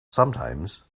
sometimes